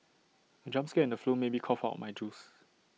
the jump scare in the film made me cough out my juice